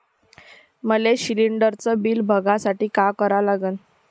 मले शिलिंडरचं बिल बघसाठी का करा लागन?